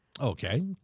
Okay